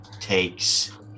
takes